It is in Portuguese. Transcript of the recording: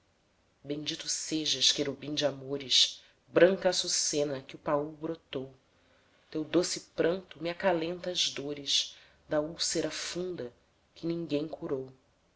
bendito sejas querubim de amores branca açucena que o paul brotou teu doce pranto me acalenta as dores da úlcera funda que ninguém curou